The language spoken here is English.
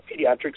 pediatrics